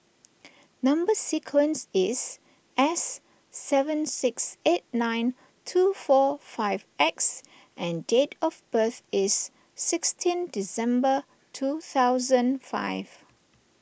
Number Sequence is S seven six eight nine two four five X and date of birth is sixteen December two thousand five